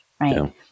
Right